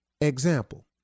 Example